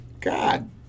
God